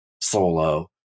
solo